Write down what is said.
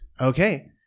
Okay